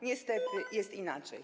Niestety jest inaczej.